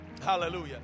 Hallelujah